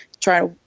try